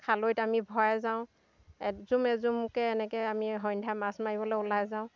খালৈত আমি ভৰাই যাওঁ এজুম এজুমকৈ এনেকৈ আমি সন্ধ্যা মাছ মাৰিবলৈ ওলাই যাওঁ